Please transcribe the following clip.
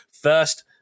first